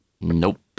Nope